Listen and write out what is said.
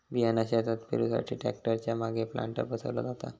बियाणा शेतात पेरुसाठी ट्रॅक्टर च्या मागे प्लांटर बसवला जाता